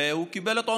והוא קיבל את עונשו.